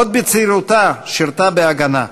עוד בצעירותה שירתה ב"הגנה".